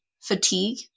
fatigue